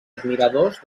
admiradors